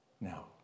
Now